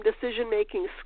decision-making